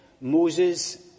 Moses